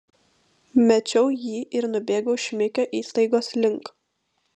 mečiau jį ir nubėgau šmikio įstaigos link